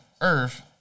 earth